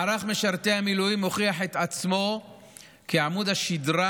מערך משרתי המילואים הוכיח את עצמו כעמוד השדרה